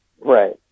Right